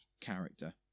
character